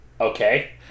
Okay